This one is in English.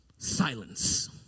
Silence